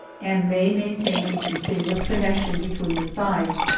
and may maintain a continuous connection between the sides,